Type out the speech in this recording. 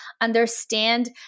understand